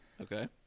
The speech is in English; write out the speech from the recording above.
Okay